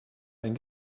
ein